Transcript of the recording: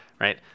Right